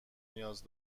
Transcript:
نیاز